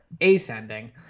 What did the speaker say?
ascending